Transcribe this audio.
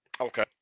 Okay